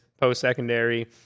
post-secondary